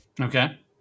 Okay